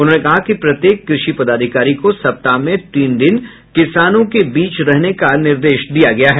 उन्होंने कहा कि प्रत्येक कृषि पदाधिकारी को सप्ताह में तीन दिन किसानों के बीच रहने का निर्देश दिया गया है